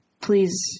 please